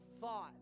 thought